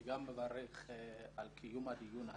אני גם מברך על קיום הדיון הזה.